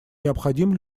необходим